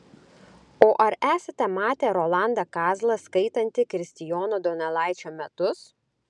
o ar esate matę rolandą kazlą skaitantį kristijono donelaičio metus